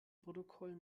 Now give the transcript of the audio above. protokoll